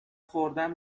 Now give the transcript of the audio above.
خوردن